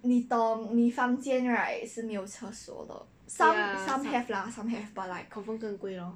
你懂你房间 right 是没有厕所的 some some have lah some have but like